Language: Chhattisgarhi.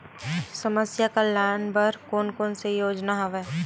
समस्या कल्याण बर कोन कोन से योजना हवय?